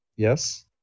Yes